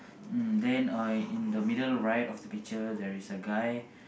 mm then uh in the middle right of the picture there is a guy